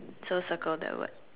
so circle that word